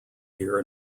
here